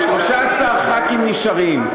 13 ח"כים נשארים.